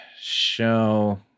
show